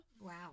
Wow